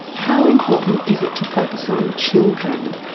how important is it to focus on children?